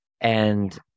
And-